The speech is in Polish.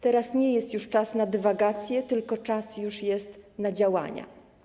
Teraz nie jest już czas na dywagacje, tylko czas już jest na działania.